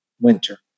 winter